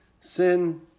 Sin